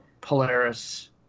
Polaris